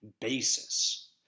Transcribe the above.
basis